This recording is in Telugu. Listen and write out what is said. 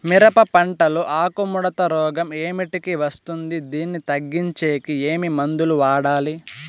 మిరప పంట లో ఆకు ముడత రోగం ఏమిటికి వస్తుంది, దీన్ని తగ్గించేకి ఏమి మందులు వాడాలి?